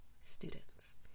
students